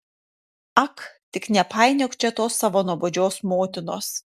ak tik nepainiok čia tos savo nuobodžios motinos